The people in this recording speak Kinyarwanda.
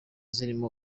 zirimo